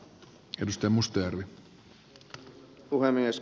arvoisa puhemies